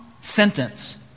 sentence